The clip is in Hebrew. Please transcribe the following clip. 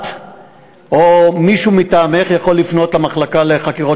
את או מישהו מטעמך יכולים לפנות למחלקה לחקירות